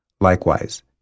Likewise